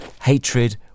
hatred